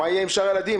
מה יהיה עם שאר הילדים,